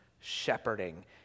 shepherding